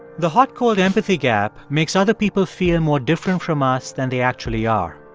the hot-cold empathy gap makes other people feel more different from us than they actually are.